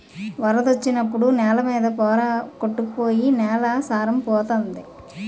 వరదొచ్చినప్పుడు నేల మీద పోర కొట్టుకు పోయి నేల సారం పోతంది